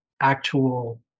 actual